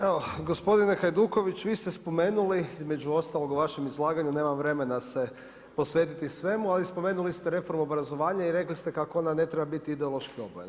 Evo gospodine Hajduković vi ste spomenuli između ostalog u vašem izlaganju, nemam vremena se posvetiti svemu ali spomenuli ste reformu obrazovanja i rekli ste kako ona ne treba biti ideološki obojena.